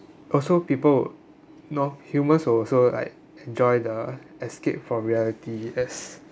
also people would no humans will also like enjoy the escape from reality as